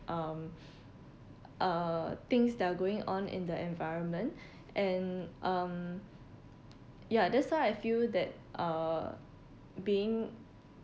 um uh things that are going on in the environment and um ya that's why I feel that uh being